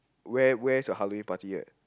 where where your Halloween party right